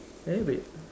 eh wait